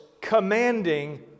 commanding